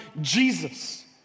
Jesus